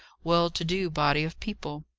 well-to-do body of people.